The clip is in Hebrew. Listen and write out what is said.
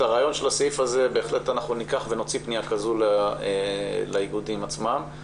את הרעיון של הסעיף הזה בהחלט ניקח ונוציא פניה כזו לאיגודים עצמם.